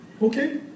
Okay